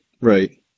right